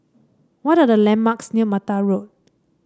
what are the landmarks near Mata Road